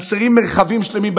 וחסרים מרחבים שלמים.